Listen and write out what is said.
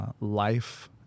life